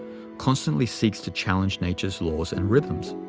constantly seeks to challenge nature's laws and rhythms.